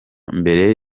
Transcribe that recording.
mbere